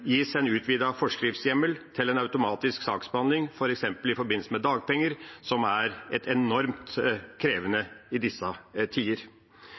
gis en utvidet forskriftshjemmel til en automatisk saksbehandling, f.eks. i forbindelse med dagpenger, som er enormt krevende i disse tider.